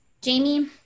Jamie